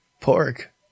pork